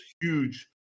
huge